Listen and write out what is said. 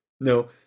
No